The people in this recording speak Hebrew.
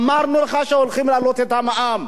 אמרנו לך שהולכים להעלות את המע"מ.